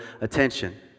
attention